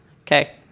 okay